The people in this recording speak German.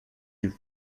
die